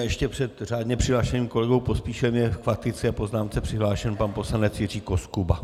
Ještě před řádně přihlášeným kolegou Pospíšilem je k faktické poznámce přihlášen pan poslanec Jiří Koskuba.